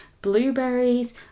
blueberries